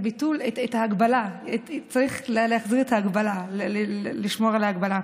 ההגבלה, צריך להחזיר את ההגבלה, לשמור על ההגבלה.